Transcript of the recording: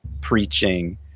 preaching